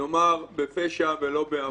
נאמר בפשע ולא בעוון.